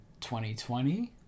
2020